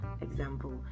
Example